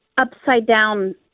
upside-down